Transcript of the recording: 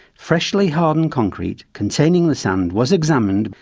freshly hardened concrete containing the sand was examined,